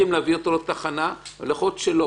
להביא אותו לתחנה ויכול להיות שלא.